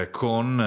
con